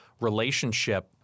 relationship